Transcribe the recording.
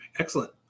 Excellent